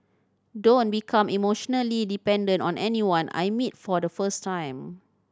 don't become emotionally dependent on anyone I meet for the first time